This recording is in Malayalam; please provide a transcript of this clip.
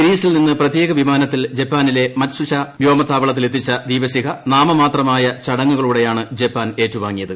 ഗ്രീസിൽ നിന്ന് പ്രത്യേക വിമാനത്തിൽ ജപ്പാനിലെ മത്സുഷിമ വ്യോമത്താവളത്തിലെത്തിച്ച ദീപശിഖ നാമമാത്രമായ ്ചടങ്ങുകളോടെയാണ് ജപ്പാൻ ഏറ്റുവാങ്ങിയത്